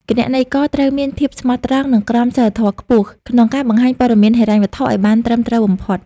គណនេយ្យករត្រូវមានភាពស្មោះត្រង់ និងក្រមសីលធម៌ខ្ពស់ ក្នុងការបង្ហាញព័ត៌មានហិរញ្ញវត្ថុឱ្យបានត្រឹមត្រូវបំផុត។